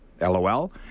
lol